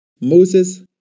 Moses